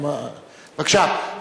בבקשה,